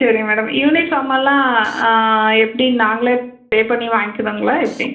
சரி மேடம் யூனிஃபார்மெல்லாம் எப்படி நாங்களே பே பண்ணி வாங்கிக்கணுங்களா எப்படி